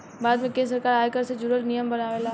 भारत में केंद्र सरकार आयकर से जुरल नियम बनावेला